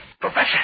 Professor